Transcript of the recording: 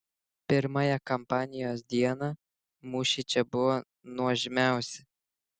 pirmąją kampanijos dieną mūšiai čia buvo nuožmiausi